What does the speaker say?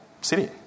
city